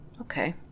Okay